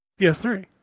PS3